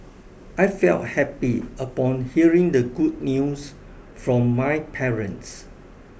I felt happy upon hearing the good news from my parents